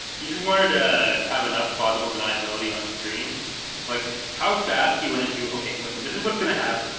you just wanted to have enough plausible deniability on stream like how fast you went into? okay? listen, this is what's gonna happen.